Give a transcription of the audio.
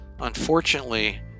unfortunately